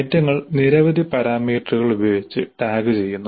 ഐറ്റങ്ങൾ നിരവധി പാരാമീറ്ററുകൾ ഉപയോഗിച്ച് ടാഗുചെയ്യുന്നു